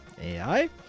ai